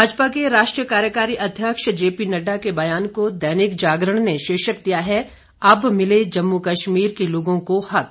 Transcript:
भाजपा के राष्ट्रीय कार्यकारी अध्यक्ष जेपी नड्डा के बयान को दैनिक जागरण ने शीर्षक दिया है अब मिले जम्मू कश्मीर के लोगों को हक